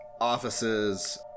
offices